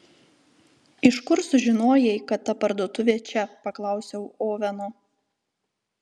iš kur sužinojai kad ta parduotuvė čia paklausiau oveno